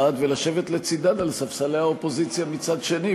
ולשבת לצדן על ספסלי האופוזיציה מצד שני,